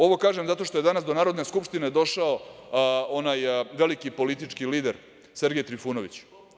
Ovo kažem zato što je danas do Narodne skupštine došao onaj veliki politički lider Sergej Trifunović.